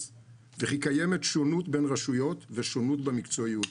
וכי קיימת שונות בין רשויות ושונות במקצועיות.